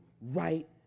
right